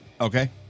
Okay